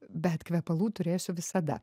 bet kvepalų turėsiu visada